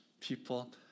people